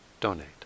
donate